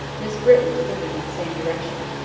miss britton was looking in the same direction.